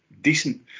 decent